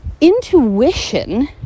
intuition